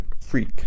freak